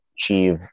achieve